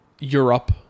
Europe